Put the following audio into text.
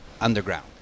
underground